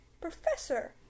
Professor